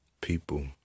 people